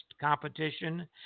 competition